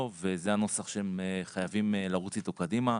וזה הנוסח שהם חייבים לרוץ איתו קדימה.